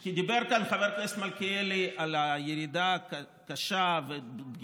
כי דיבר כאן חבר הכנסת מלכיאלי על הירידה הקשה והפגיעה